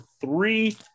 three